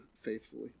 faithfully